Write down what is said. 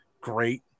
great